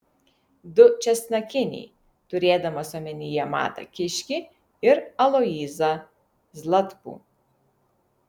du česnakiniai turėdamas omenyje matą kiškį ir aloyzą zlatkų